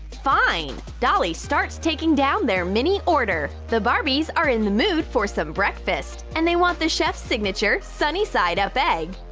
fine! dolly starts taking down their mini order! the barbies are in the mood for some breakfast! and they want the chef's signature sunny-side-up egg!